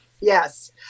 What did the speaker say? yes